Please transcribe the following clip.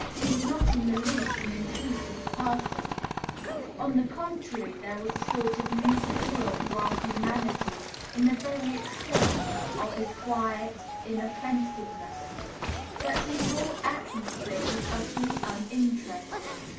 he was not in the least an intrusive person on the contrary, there was a sort of mute appeal to our humanity in the very extent of his quiet inoffensiveness but his whole atmosphere was utterly uninteresting.